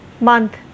month